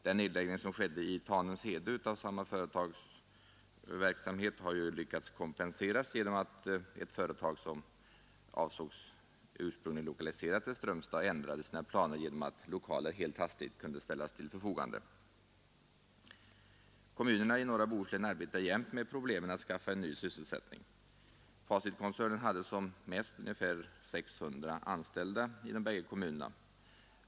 Den nedläggning som skedde i Tanumshede av samma företags verksamhet har man ju lyckats kompensera genom att ett företag som ursprungligen avsågs bli lokaliserat till Strömstad ändrade sina planer på grund av att lokaler helt hastigt kunde ställas till förfogande. Kommunerna i norra Bohuslän arbetar jämt med problemen att skaffa ny sysselsättning. Facitkoncernen hade som mest ungefär 600 anställda i de bägge kommunerna.